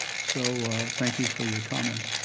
so thank you for your comments,